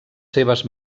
seves